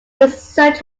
research